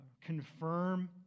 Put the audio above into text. confirm